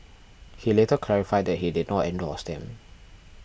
he later clarified that he did not endorse them